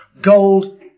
Gold